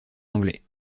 anglais